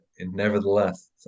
nevertheless